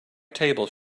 tables